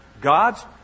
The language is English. God's